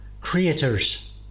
Creators